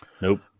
Nope